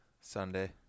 Sunday